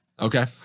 Okay